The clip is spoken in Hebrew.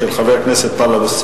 כיושב-ראש ועדת הכלכלה.